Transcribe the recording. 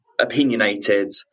opinionated